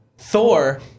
Thor